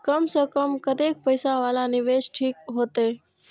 कम से कम कतेक पैसा वाला निवेश ठीक होते?